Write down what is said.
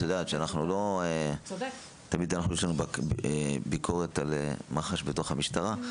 את יודעת שתמיד יש לנו ביקורת על מח"ש בתוך המשטרה,